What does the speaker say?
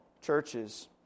churches